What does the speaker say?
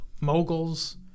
moguls